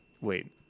Wait